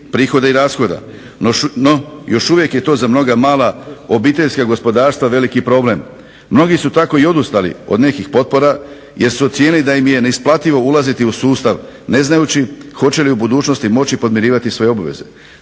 prihoda i rashoda, no još uvijek je to za mnoga mala obiteljska gospodarstva veliki problem. Mnogi su tako i odustali od nekih potpora, jer su ocijenili da im je neisplativo ulaziti u sustav ne znajući hoće li u budućnosti moći podmirivati svoje obveze.